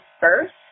first